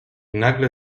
nagle